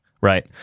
right